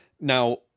now